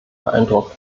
beeindruckt